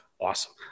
Awesome